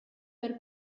per